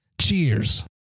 Cheers